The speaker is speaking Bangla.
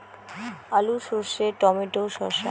আলু সর্ষে টমেটো শসা